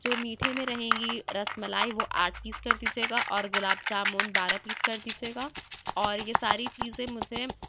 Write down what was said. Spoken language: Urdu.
جو میٹھے میں رہیں گی رس ملائی وہ آٹھ پیس کر دیجیے گا اور گلاب جامن بارہ پیس کر دیجیے گا اور یہ ساری چیزیں مجھے